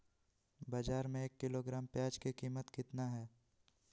बाजार में एक किलोग्राम प्याज के कीमत कितना हाय?